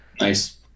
nice